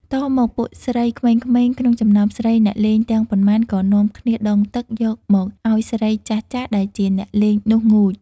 តមកពួកស្រីក្មេងៗ ក្នុងចំណោមស្រី អ្នកលេងទាំងប៉ុន្មាន ក៏នាំគ្នាដងទឹក យកមកឲ្យស្រីចាស់ៗ ដែលជាអ្នកលេងនោះងូត។